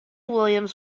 williams